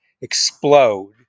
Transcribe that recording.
explode